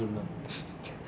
所以你们 ah